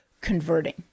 converting